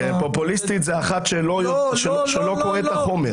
פופוליסטית זה אחת שלא קוראת את החומר.